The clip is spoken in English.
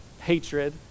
hatred